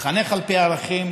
נתחנך על פי ערכים,